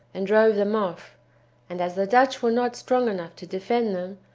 and drove them off and as the dutch were not strong enough to defend them,